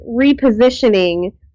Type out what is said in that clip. repositioning